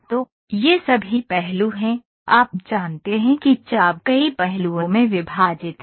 तो ये सभी पहलू हैं आप जानते हैं कि चाप कई पहलुओं में विभाजित है